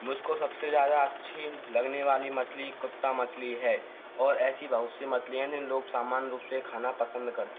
मुझको सबसे ज़्यादा अच्छी लगने वाली मछली कुत्ता मछली है और ऐसी बहुत सी मछली है जिन्हें लोग समान रूप से खाना पसंद कर